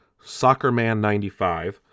SoccerMan95